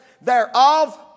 thereof